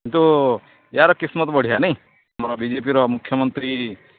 କିନ୍ତୁ ୟାର କିସ୍ମତ୍ ବଢ଼ିଆ ନାଇଁ ଆମର ବିଜେପିର ମୁଖ୍ୟମନ୍ତ୍ରୀ